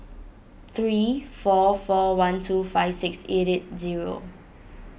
three four four one two five six eight eight zero